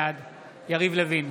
בעד יריב לוין,